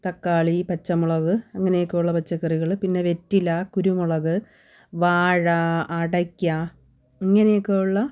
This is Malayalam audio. തക്കാളി പച്ചമുളക് അങ്ങനെയൊക്കെ ഉള്ള പച്ചക്കറികൾ പിന്നെ വെറ്റില കുരുമുളക് വാഴ അടയ്ക്ക ഇങ്ങനെയൊക്കെ ഉള്ള